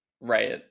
right